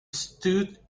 stood